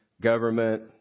government